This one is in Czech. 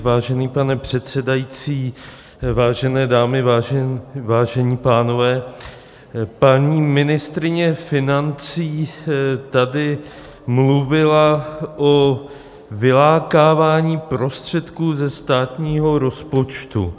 Vážený pane předsedající, vážené dámy, vážení pánové, paní ministryně financí tady mluvila o vylákávání prostředků ze státního rozpočtu.